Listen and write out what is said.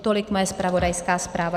Tolik moje zpravodajská zpráva.